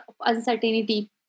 uncertainty